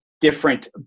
different